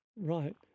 Right